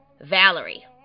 Valerie